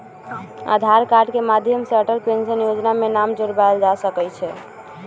आधार card के माध्यम से अटल पेंशन जोजना में नाम जोरबायल जा सकइ छै